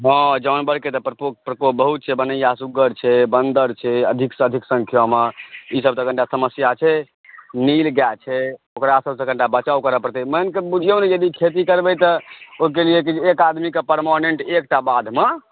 हँ जानवरके तऽ प्रकोप प्रकोप बहुत छै बनैआ सुगर छै बंदर छै अधिकसँ अधीक संख्यामे ई सब तऽ कनिटा समस्या छै नील गाय छै ओकरा सबसँ कनि बचाओ करऽ पड़तै मानिकऽ बुझियौ ने यदि खेती करबै तऽ ओहिके लिअ जे छै से एक आदमीकेँ परमानेन्ट एकटा बाधमे